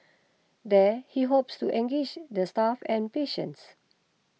there he hopes to engage the staff and patients